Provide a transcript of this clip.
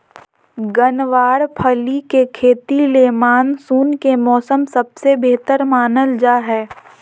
गँवार फली के खेती ले मानसून के मौसम सबसे बेहतर मानल जा हय